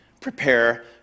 prepare